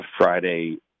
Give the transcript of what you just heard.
friday